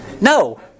No